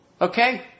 Okay